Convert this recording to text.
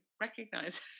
recognize